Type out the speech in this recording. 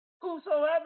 Whosoever